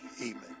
Amen